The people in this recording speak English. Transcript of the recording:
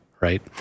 Right